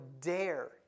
dare